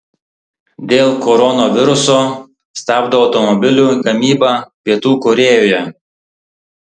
dėl koronaviruso stabdo automobilių gamybą pietų korėjoje